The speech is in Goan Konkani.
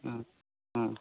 आं आं